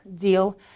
deal